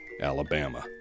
Alabama